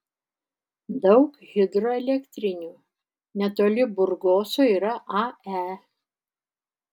daug hidroelektrinių netoli burgoso yra ae